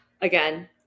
again